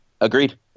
Agreed